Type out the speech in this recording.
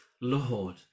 Lord